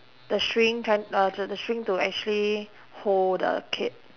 the string try~ uh the the string to actually hold the kid